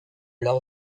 leur